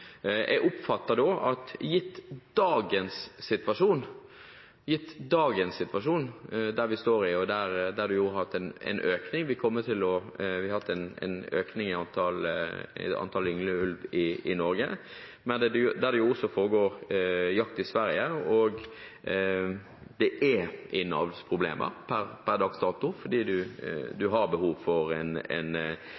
Jeg oppfatter statsråden dithen at gitt dagens situasjon, den vi står i, der vi har hatt en økning i antall ynglende ulv i Norge, der det også foregår jakt i Sverige, og det er innavlsproblemer per dags dato fordi